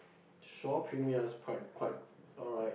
Shaw Premiere is quite quite alright